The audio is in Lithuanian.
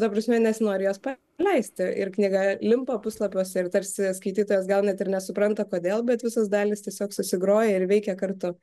ta prasme nesinori jos paleisti ir knyga limpa puslapiuose ir tarsi skaitytojas gal net ir nesupranta kodėl bet visos dalys tiesiog susigroja ir veikia kartu